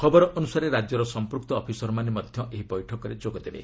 ଖବର ଅନ୍ତସାରେ ରାଜ୍ୟର ସଂପୂକ୍ତ ଅଫିସରମାନେ ମଧ୍ୟ ଏହି ବୈଠକରେ ଯୋଗ ଦେବେ